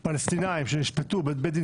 אז המשמעות היא שפלסטינאים נשפטו בבית דין